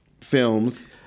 films